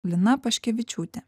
lina paškevičiūtė